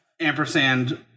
ampersand